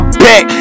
back